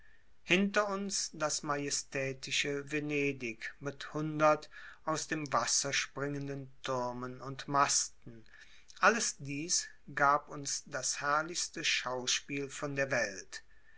hinter uns das majestätische venedig mit hundert aus dem wasser springenden türmen und masten alles dies gab uns das herrlichste schauspiel von der welt